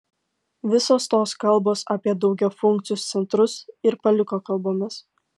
visos tos kalbos apie daugiafunkcius centrus ir paliko kalbomis